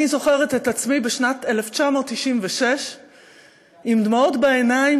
אני זוכרת את עצמי בשנת 1996 עם דמעות בעיניים,